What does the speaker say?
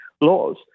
laws